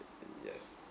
yes